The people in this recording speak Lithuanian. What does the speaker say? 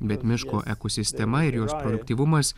bet miško ekosistema ir jos efektyvumas